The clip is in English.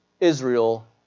Israel